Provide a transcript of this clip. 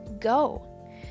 go